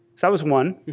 that was one.